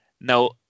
now